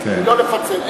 ולא לפצל.